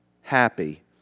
happy